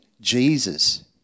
Jesus